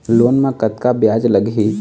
Loan म कतका ब्याज लगही?